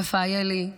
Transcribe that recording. יפה איילי,